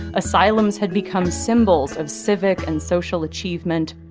asylums had become symbols of civic and social achievement,